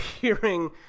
hearing